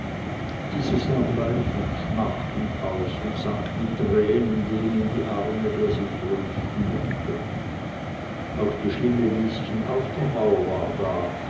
diese sah bleich und schmachtend aus und sank mit tränen dem in die arme der sie trösten mochte auch die schlimme lieschen aufdermauer war da